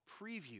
preview